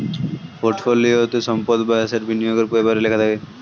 পোর্টফোলিওতে সম্পদ বা অ্যাসেট বিনিয়োগের ব্যাপারে লেখা থাকে